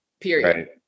period